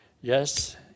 yes